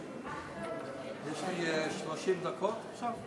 יש לי 30 דקות עכשיו?